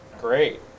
Great